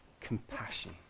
compassion